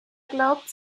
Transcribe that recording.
glaubt